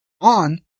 on